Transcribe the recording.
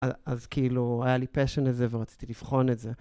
אז כאילו היה לי פשן לזה ורציתי לבחון את זה.